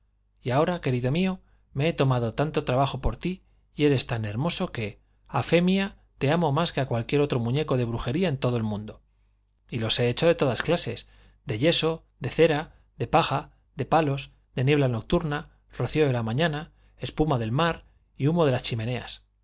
y ahora querido mío me he tomado tanto trabajo por ti y eres tan hermoso que a fe mía te amo más que a cualquier otro muñeco de brujería en todo el mundo y los he hecho de todas clases de yeso de cera de paja de palos de niebla nocturna rocío de la mañana espuma del mar y humo de las chimeneas